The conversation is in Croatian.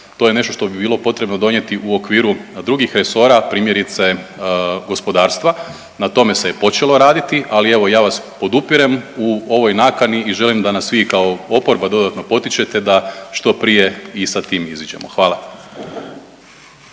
to je nešto što bi bilo potrebno donijeti u okviru drugih resora, primjerice, gospodarstva, na tome se je počelo raditi, ali evo, ja sad podupirem u ovoj nakani i želim da nas vi kao oporba dodatno potičete da što prije i sa tim iziđemo. Hvala.